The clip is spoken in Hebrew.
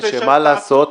שמה לעשות,